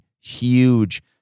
Huge